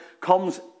comes